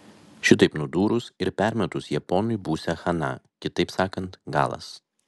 šitaip nudūrus ir permetus japonui būsią chana kitaip sakant galas